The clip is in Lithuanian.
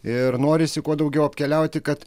ir norisi kuo daugiau apkeliauti kad